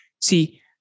See